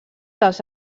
dels